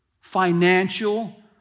financial